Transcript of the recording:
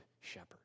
shepherd